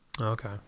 okay